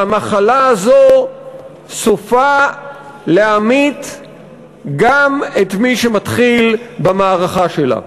המחלה הזאת סופה להמית גם את מי שמתחיל במערכה שלה.